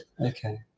okay